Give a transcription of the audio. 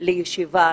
לישיבה